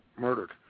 murdered